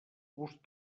gust